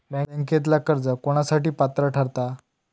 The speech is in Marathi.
बँकेतला कर्ज कोणासाठी पात्र ठरता?